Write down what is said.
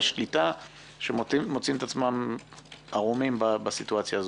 שליטה שמוצאים את עצמם ערומים בסיטואציה הזו.